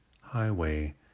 highway